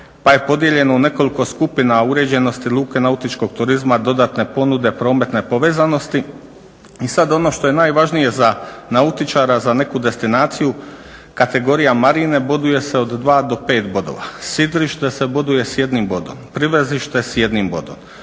pa je podijeljeno u nekoliko skupina, uređenosti luke nautičkog turizma, dodatne ponude, prometne povezanosti i sad ono što je najvažnije za nautičara za neku destinaciju kategorija marine boduje se od dva do pet bodova. Sidrište se boduje s jednim bodom, privezište s jednim bodom,